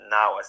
now